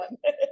one